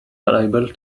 liable